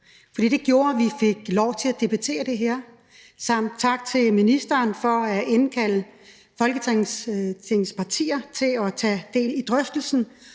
for det gjorde, at vi fik lov til at debattere det her. Også tak til ministeren for at indkalde Folketingets partier til at tage del i drøftelsen